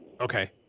okay